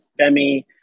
Femi